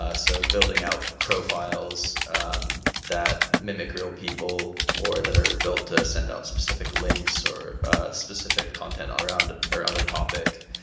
ah so building out profiles um that mimic real people or that built to send out specific links, or specific content around around a topic,